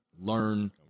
learn